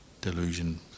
delusion